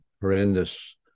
horrendous